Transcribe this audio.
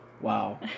Wow